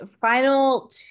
final